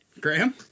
Graham